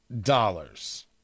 dollars